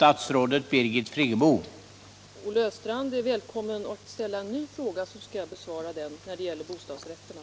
Herr talman! Olle Östrand är välkommen att ställa en ny fråga till mig när det gäller bostadsrätterna,